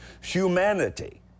humanity